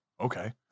okay